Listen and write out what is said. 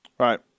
Right